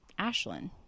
Ashlyn